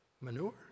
manure